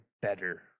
better